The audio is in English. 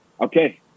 okay